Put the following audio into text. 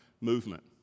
movement